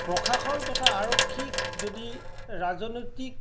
প্ৰশাসন তথা আৰক্ষীক যদি ৰাজনৈতিক